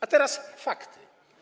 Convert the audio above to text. A teraz fakty.